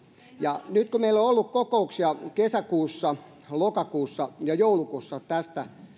ja nyt kun meillä on ollut kokouksia kesäkuussa lokakuussa ja joulukuussa tästä